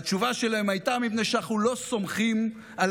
והתשובה שלהם הייתה: מפני שאנחנו לא סומכים על